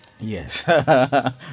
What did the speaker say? Yes